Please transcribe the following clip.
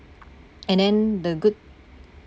and then the good